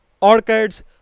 orchids